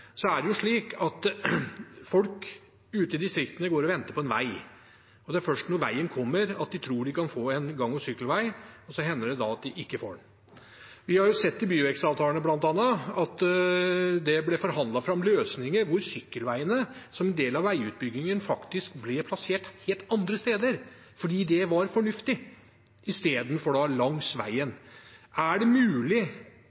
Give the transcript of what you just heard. så det håper jeg inderlig skjer. Men jeg vil stille et spørsmål til statsråden i den forbindelse. Folk ute i distriktene går og venter på en vei, og det er først når veien kommer, at de tror de kan få en gang- og sykkelvei, og så hender det at de ikke får det. Vi har sett, bl.a. i byvekstavtalene, at det ble forhandlet fram løsninger hvor sykkelveiene som en del av veiutbyggingen faktisk ble plassert helt andre steder, fordi det var fornuftig, i stedet for langs